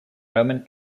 roman